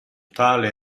tale